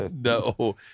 no